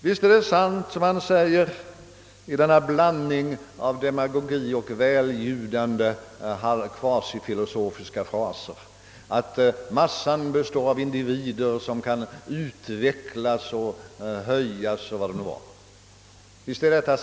Visst är det sant, som herr Palme säger i sin blandning av demagogi och välljudande kvasifilosofiska fraser, att massan består av individer som kan utvecklas och höjas och allt vad det nu var.